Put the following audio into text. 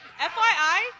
FYI